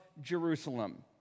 Jerusalem